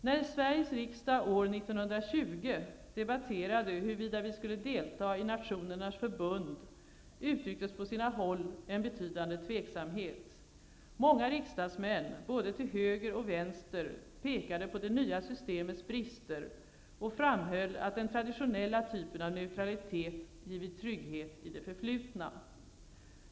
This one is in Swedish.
När Sveriges riksdag år 1920 debatterade huruvida vi skulle delta i Nationernas förbund, uttrycktes på sina håll en betydande tveksamhet. Många riksdagsmän, både till höger och till vänster, pekade på det nya systemets brister och framhöll att den traditionella typen av neutralitet givit trygghet i det förflutna.